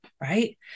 right